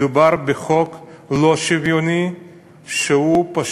מדובר בחוק לא שוויוני שפשוט